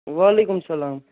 وعلیکُم اسلام